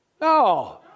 No